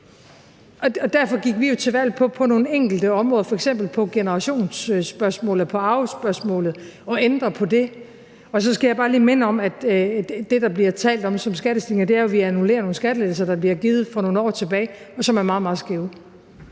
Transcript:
Derfor gik vi jo til valg på at ændre på nogle enkelte områder, f.eks. i forhold til generationsspørgsmålet og på arvespørgsmålet. Og så skal jeg bare lige minde om, at det, vi taler om som skattestigninger, jo er, at vi annullerer nogle skattelettelser, der er blevet givet for nogle år tilbage, og som er meget, meget